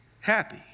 Happy